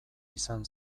izan